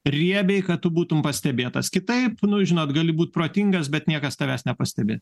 riebiai kad tu būtum pastebėtas kitaip nu žinot gali būt protingas bet niekas tavęs nepastebi